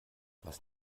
was